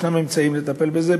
ישנם אמצעים לטפל בזה.